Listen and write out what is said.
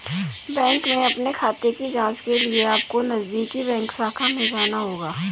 bank में अपने खाते की जांच के लिए अपको नजदीकी बैंक शाखा में जाना होगा